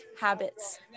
Habits